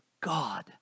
God